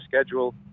schedule